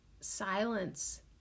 silence